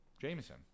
Jameson